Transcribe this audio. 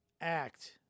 act